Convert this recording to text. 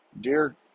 dear